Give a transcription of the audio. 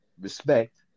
respect